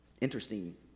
interesting